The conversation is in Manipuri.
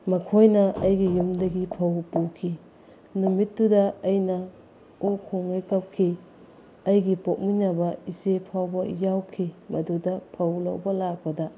ꯃꯈꯣꯏꯅ ꯑꯩꯒꯤ ꯌꯨꯝꯗꯒꯤ ꯐꯧ ꯄꯨꯈꯤ ꯅꯨꯃꯤꯠꯇꯨꯗ ꯑꯩꯅ ꯑꯣꯛ ꯈꯣꯡꯒꯩ ꯀꯞꯈꯤ ꯑꯩꯒꯤ ꯄꯣꯛꯃꯤꯟꯅꯕ ꯏꯆꯦ ꯐꯥꯎꯕ ꯌꯥꯎꯈꯤ ꯃꯗꯨꯗ ꯐꯧ ꯂꯧꯕ ꯂꯥꯛꯄꯗ